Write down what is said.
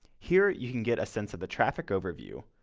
here you can get a sense of the traffic overview,